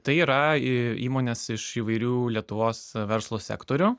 tai yra į įmonės iš įvairių lietuvos verslo sektorių